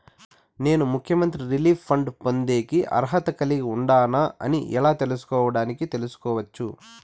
నేను ముఖ్యమంత్రి relief fund పొందేకి అర్హత కలిగి ఉండానా అని ఎలా తెలుసుకోవడానికి తెలుసుకోవచ్చు